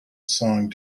song